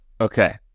Okay